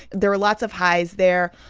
there were lots of highs there.